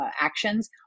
actions